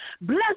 bless